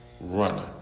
runner